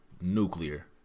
nuclear